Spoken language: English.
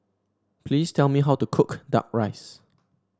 please tell me how to cook duck rice